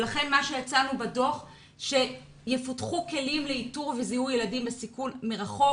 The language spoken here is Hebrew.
לכן בדוח הצענו שיפותחו כלים לאיתור וזיהוי ילדים בסיכון מרחוק.